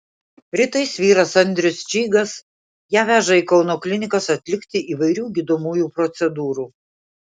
rytais vyras andrius čygas ją veža į kauno klinikas atlikti įvairių gydomųjų procedūrų